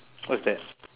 what is that